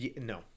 no